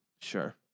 Sure